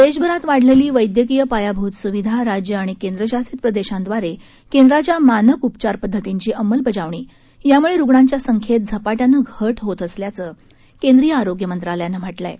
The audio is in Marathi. देशभरात वाढलेली वैद्यकीय पायाभूत सुविधा राज्य आणि केंद्रशासित प्रदेशांद्वारे केंद्राच्या मानक उपचार पद्धतींची अंमलबजावणी यामुळे रुग्णांच्या संख्येत झपाट्यानं घट होत असल्याचं केंद्रीय आरोग्य मंत्रालयानं म्हटलं आहे